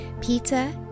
Peter